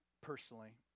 personally